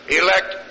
elect